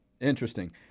Interesting